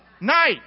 Night